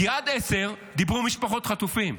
כי עד 10:00 דיברו משפחות חטופים.